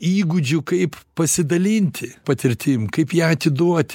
įgūdžių kaip pasidalinti patirtim kaip ją atiduoti